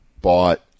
bought